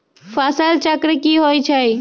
फसल चक्र की होइ छई?